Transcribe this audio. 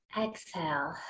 exhale